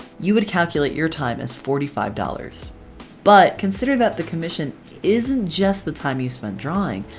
you would calculate your time as forty five dollars but consider that the commission isn't just the time you spent drawing.